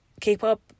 k-pop